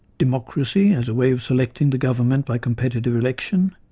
democracy as a way of selecting the government by competitive election,